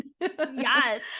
Yes